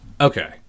Okay